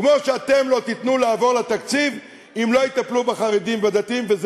כמו שאתם לא תיתנו לתקציב לעבור אם לא יטפלו בחרדים ובדתיים,